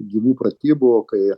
gyvų pratybų kai